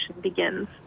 begins